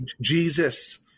Jesus